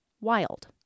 Wild